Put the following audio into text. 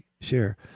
share